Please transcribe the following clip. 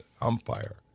umpire